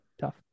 tough